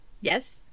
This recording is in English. Yes